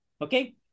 okay